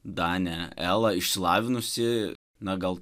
danė ela išsilavinusi na gal